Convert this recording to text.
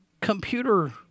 computer